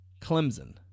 Clemson